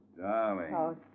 Darling